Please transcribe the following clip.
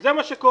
זה מה שקורה.